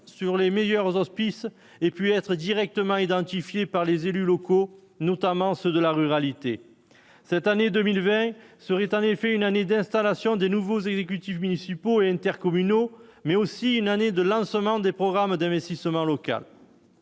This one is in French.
sur les meilleurs auspices et puis être directement identifiées par les élus locaux, notamment ceux de la ruralité, cette année 2020 serait en effet une année d'installation des nouveaux exécutifs municipaux intercommunaux, mais aussi une année de lancement des programmes d'investissement local.